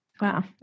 Wow